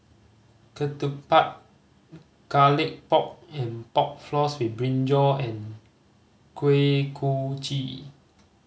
ketupat Garlic Pork and Pork Floss with brinjal and Kuih Kochi